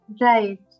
Right